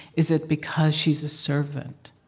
is it because she's a servant?